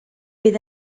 bydd